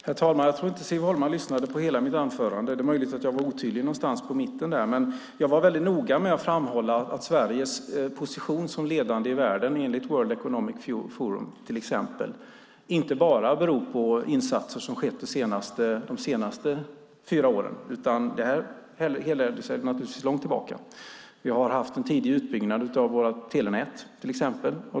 Herr talman! Jag tror inte att Siv Holma lyssnade på hela mitt anförande. Det är möjligt att jag var otydlig någonstans på mitten, men jag var noga med att framhålla att Sveriges position som ledande i världen enligt World Economic Forum inte bara beror på insatser som har skett de senaste fyra åren. Det här härleds naturligtvis långt tillbaka. Vi hade till exempel en tidig utbyggnad av våra telenät.